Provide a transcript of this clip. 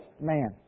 man